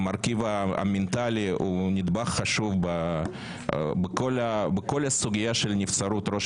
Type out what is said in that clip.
המרכיב המנטלי הוא נדבך חשוב בכל הסוגיה של נבצרות ראש